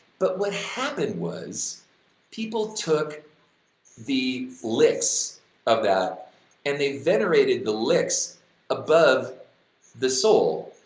but what happened was people took the licks of that and they venerated the licks above the soul.